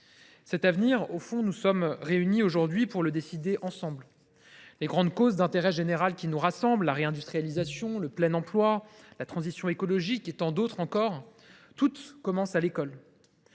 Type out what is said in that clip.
Cet avenir, nous sommes réunis aujourd’hui pour en décider ensemble. Les grandes causes d’intérêt général qui nous rassemblent, la réindustrialisation, le plein emploi, la transition écologique et tant d’autres encore, commencent toutes à l’école.